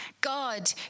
God